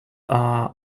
are